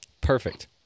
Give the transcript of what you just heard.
Perfect